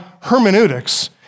hermeneutics